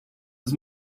was